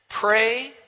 Pray